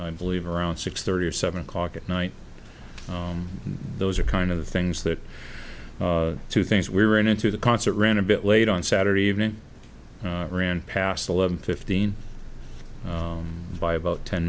i believe around six thirty or seven o'clock at night those are kind of the things that two things we ran into the concert ran a bit late on saturday evening ran past eleven fifteen by about ten